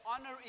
honor